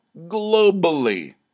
globally